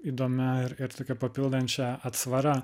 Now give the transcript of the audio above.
įdomia ir ir tokia papildančia atsvara